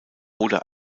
oder